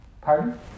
Pardon